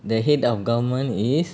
the head of government is